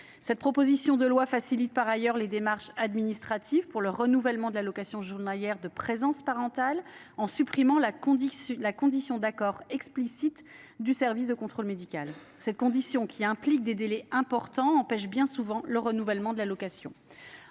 cette proposition de loi facilite les démarches administratives pour le renouvellement de l’allocation journalière de présence parentale en supprimant la condition d’accord explicite du service du contrôle médical. Cette condition, qui implique de longs délais, empêche bien souvent le renouvellement de l’allocation.